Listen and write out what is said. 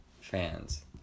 fans